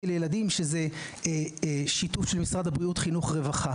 לילדים שזה שיתוף של משרד הבריאות-חינוך-רווחה,